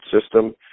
system